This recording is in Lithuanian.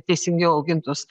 teisingiau augintus